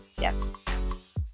Yes